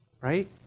Right